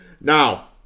Now